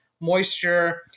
moisture